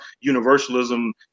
universalism